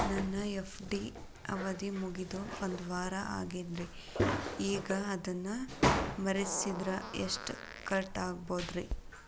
ನನ್ನ ಎಫ್.ಡಿ ಅವಧಿ ಮುಗಿದು ಒಂದವಾರ ಆಗೇದ್ರಿ ಈಗ ಅದನ್ನ ಮುರಿಸಿದ್ರ ಎಷ್ಟ ಕಟ್ ಆಗ್ಬೋದ್ರಿ?